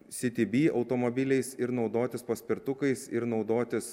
city bee automobiliais ir naudotis paspirtukais ir naudotis